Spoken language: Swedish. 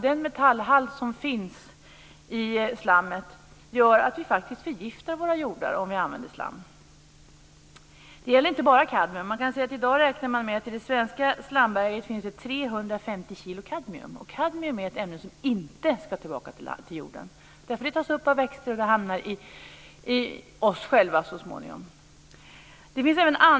Den metallhalt som finns i slammet gör nämligen att vi faktiskt förgiftar våra jordar om vi använder det. Det gäller inte bara kadmium, men i dag räknar man med att det i det svenska slamberget finns 350 kilo kadmium. Kadmium är ett ämne som inte ska tillbaka till jorden. Det tas nämligen upp av växter, och det hamnar så småningom i oss själva.